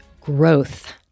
growth